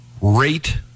rate